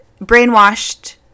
brainwashed